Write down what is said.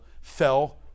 fell